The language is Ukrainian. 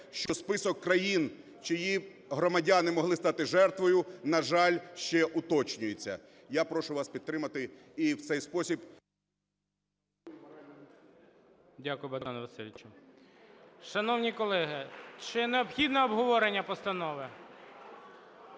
що список країн, чиї громадяни могли стати жертвою, на жаль, ще уточнюється. Я прошу вас підтримати і в цей спосіб… ГОЛОВУЮЧИЙ. Дякую, Богдане Васильовичу. Шановні колеги, чи необхідне обговорення постанови?